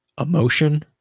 emotion